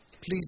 Please